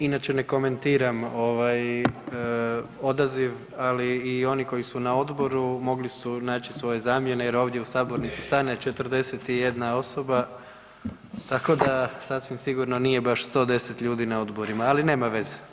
Inače ne komentiram ovaj odaziv, ali i oni koji su na odboru mogli su naći svoje zamjene jer ovdje u sabornici stane 41 osoba, tako da sasvim sigurno nije baš 110 ljudi na odborima, ali nema veze.